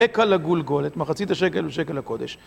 בקע לגולגולת, מחצית השקל בשקל הקודש